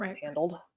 handled